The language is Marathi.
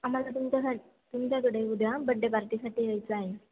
आम्हाला तुमच्यासाठी तुमच्याकडे उद्या बड्डे पार्टीसाठी यायचं आहे